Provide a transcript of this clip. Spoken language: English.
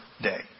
day